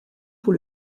pour